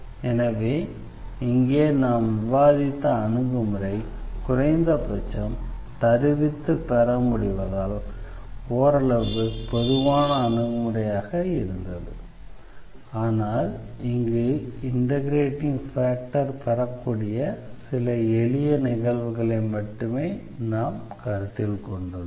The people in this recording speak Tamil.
எனவே இங்கே நாம் விவாதித்த அணுகுமுறை குறைந்த பட்சம் தருவித்து பெற முடிவதால் ஓரளவு பொதுவான அணுகுமுறையாக இருந்தது ஆனால் இங்கு இண்டெக்ரேட்டிங் ஃபேக்டர் பெறக்கூடிய சில எளிய நிகழ்வுகளை மட்டுமே நாம் கருத்தில் கொண்டுள்ளோம்